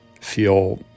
feel